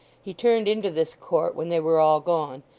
he turned into this court when they were all gone,